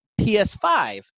ps5